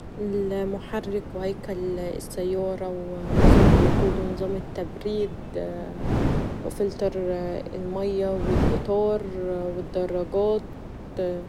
المحرك و هيكل السياره و نظام الوقود و نظام التبريد و فلتر المايه و الإطار و الدرجات.